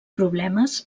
problemes